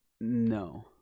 No